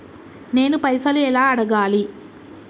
నేను పైసలు ఎలా అడగాలి?